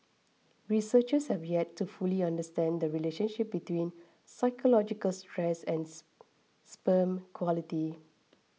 researchers have yet to fully understand the relationship between psychological stress and sperm quality